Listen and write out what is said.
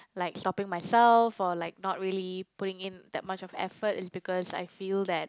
like stopping myself or like not really putting in that much of effort is because I feel that